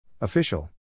Official